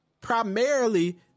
Primarily